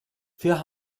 für